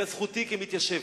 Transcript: אלא זכותי כמתיישב.